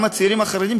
גם הצעירים החרדים,